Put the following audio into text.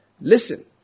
Listen